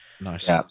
Nice